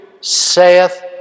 saith